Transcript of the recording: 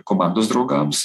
komandos draugams